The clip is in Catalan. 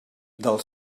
del